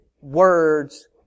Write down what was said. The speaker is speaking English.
words